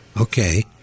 okay